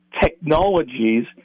technologies